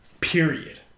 Period